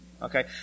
Okay